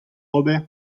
ober